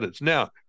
Now